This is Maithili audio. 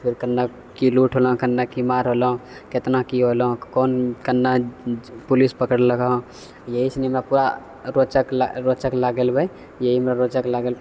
कन्ने की लूट होलँ कन्ने की मार होलँ कितना की होलँ कोन कन्ने पुलिस पकड़लकऽ यही सनी मने पूरा एकरो रोचक लाग रोचक लागल हुअ यही हमरा रोचक लागल